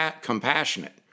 compassionate